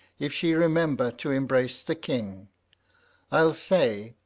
if she remember to embrace the king i'll say,